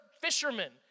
fishermen